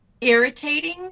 irritating